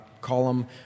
column